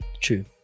True